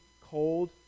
cold